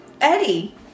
Eddie